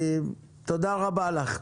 תודה רבה לך.